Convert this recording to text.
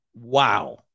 wow